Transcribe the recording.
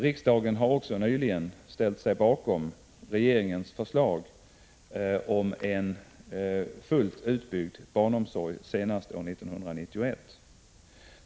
Riksdagen har också nyligen ställt sig bakom regeringens förslag om en fullt utbyggd barnomsorg senast år 1991.